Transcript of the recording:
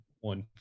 One